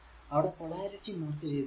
അവിടെ polarity mark ചെയ്തിരിക്കുന്നു